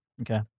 Okay